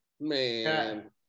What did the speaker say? Man